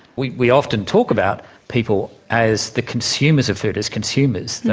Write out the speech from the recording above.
we we often talk about people as the consumers of food, as consumers.